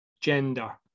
gender